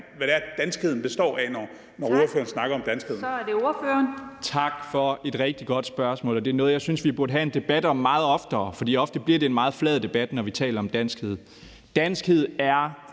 er det ordføreren. Kl. 12:24 Mikkel Bjørn (DF): Tak for et rigtig godt spørgsmål. Det er noget, jeg synes vi burde have en debat om meget oftere, for ofte bliver det en meget flad debat, når vi taler om danskhed. Danskhed er